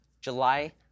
July